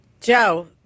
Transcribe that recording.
joe